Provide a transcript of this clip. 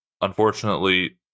unfortunately